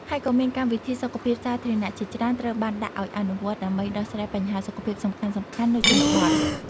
ហើយក៏មានកម្មវិធីសុខភាពសាធារណៈជាច្រើន ត្រូវបានដាក់ឱ្យអនុវត្ត ដើម្បីដោះស្រាយបញ្ហាសុខភាពសំខាន់ៗនៅជនបទ។